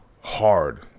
hard